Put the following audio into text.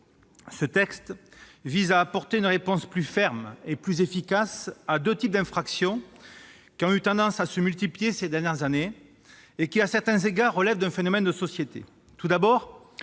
Ce texte vise à apporter une réponse plus ferme et plus efficace à deux types d'infractions qui ont eu tendance à se multiplier ces dernières années et qui, à certains égards, relèvent d'un phénomène de société :